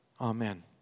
Amen